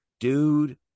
Dude